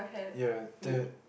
you are the third